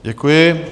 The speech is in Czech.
Děkuji.